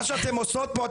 מה שאתן עושות פה,